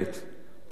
פלורליסטית,